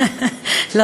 לא,